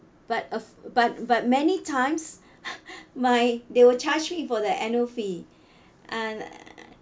but but but many times my they will charge me for the annual fee and